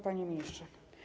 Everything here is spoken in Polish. Panie Ministrze!